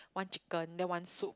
one chicken then one soup